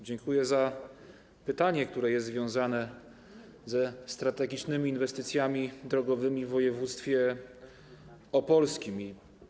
Dziękuję za pytanie, które jest związane ze strategicznymi inwestycjami drogowymi w województwie opolskim.